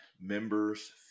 members